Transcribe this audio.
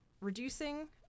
reducing